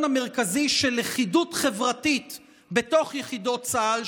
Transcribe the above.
המרכזי של לכידות חברתית בתוך יחידות צה"ל,